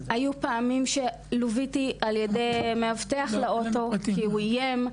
היו פעמים שלוויתי על ידי מאבטח לאוטו כי הוא איים.